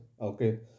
Okay